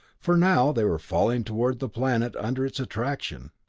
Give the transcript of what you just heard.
for now they were falling toward the planet under its attraction.